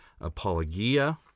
apologia